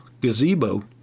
gazebo